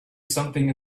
something